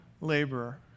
laborer